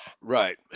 Right